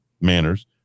manners